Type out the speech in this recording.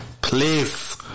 Please